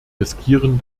riskieren